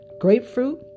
grapefruit